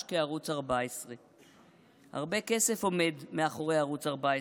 כערוץ 14. הרבה כסף עומד מאחורי ערוץ 14,